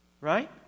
right